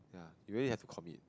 ya you really have to commit